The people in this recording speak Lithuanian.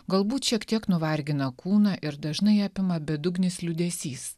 galbūt šiek tiek nuvargina kūną ir dažnai apima bedugnis liūdesys